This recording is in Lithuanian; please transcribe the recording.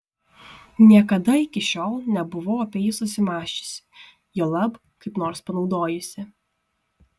niekada iki šiol nebuvau apie jį susimąsčiusi juolab kaip nors panaudojusi